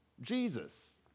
Jesus